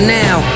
now